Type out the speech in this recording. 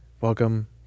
welcome